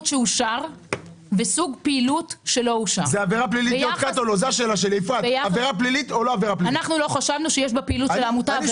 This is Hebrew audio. חדשות שמאפשרות לוועדה לא לאשר את העמותה --- הוועדה יכולה להחליט.